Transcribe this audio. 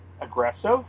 aggressive